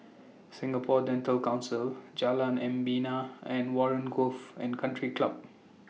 Singapore Dental Council Jalan Membina and Warren Golf and Country Club